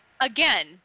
again